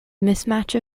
mismatch